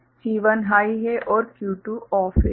C1 high है और Q2 OFF है